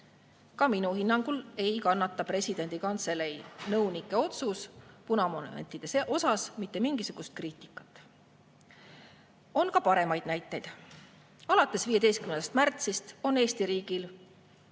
Ka minu hinnangul ei kannata presidendi kantselei nõunike otsus punamonumentide kohta mitte mingisugust kriitikat. On ka paremaid näiteid. Alates 15. märtsist on Eesti riigil